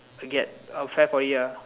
forget uh fair for it ah